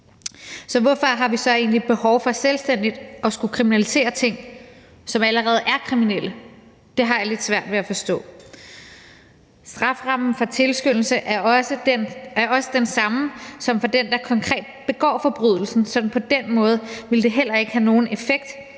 Så hvorfor har vi egentlig behov for selvstændigt at skulle kriminalisere ting, som allerede er kriminelle? Det har jeg lidt svært ved at forstå. Strafferammen for tilskyndelse er også den samme som for den, der konkret begår forbrydelsen. Så på den måde vil det heller ikke have nogen effekt